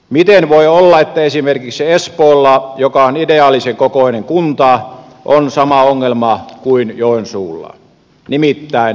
miten voi olla että esimerkiksi espoolla joka on ideaalisen kokoinen kunta on sama ongelma kuin joensuulla nimittäin lääkäripula